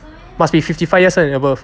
must be fifty five years and above